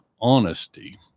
honesty